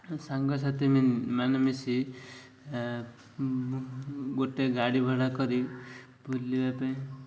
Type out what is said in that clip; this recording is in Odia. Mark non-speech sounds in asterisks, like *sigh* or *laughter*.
ସାଙ୍ଗସାଥି *unintelligible* ମାନେ ମିଶି ଗୋଟେ ଗାଡ଼ି ଭଡ଼ା କରି ବୁଲିବା ପାଇଁ